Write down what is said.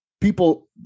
people